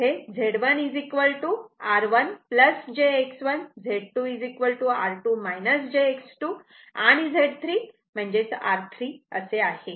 तर इथे Z1 R1 jX1 Z2 R2 jX2 आणि Z 3 R3 असे आहे